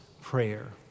prayer